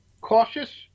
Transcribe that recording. cautious